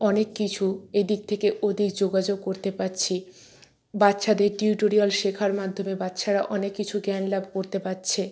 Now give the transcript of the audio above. অনেক কিছু এদিক থেকে ওদিক যোগাযোগ করতে পারছি বাচ্ছাদের টিউটোরিয়াল শেখার মাধ্যমে বাচ্ছারা অনেক কিছু জ্ঞান লাভ করতে পারছে